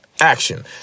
action